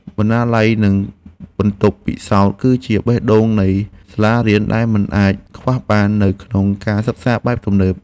បណ្ណាល័យនិងបន្ទប់ពិសោធន៍ គឺជាបេះដូងនៃសាលារៀនដែលមិនអាចខ្វះបាននៅក្នុងការសិក្សាបែបទំនើប។